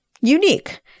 unique